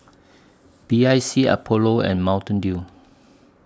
B I C Apollo and Mountain Dew